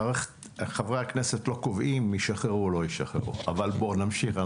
חברי הכנסת לא קובעים אם ישחררו או לא ישחררו אבל בוא נמשיך,